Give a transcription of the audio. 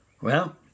Well